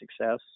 success